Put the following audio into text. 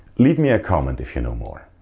leave me a comment if you know more.